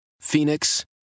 Phoenix